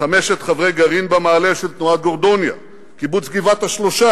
חמשת חברי גרעין "במעלה" של תנועת "גורדוניה"; קיבוץ גבעת-השלושה